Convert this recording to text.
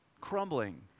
crumbling